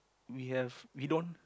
we have we don't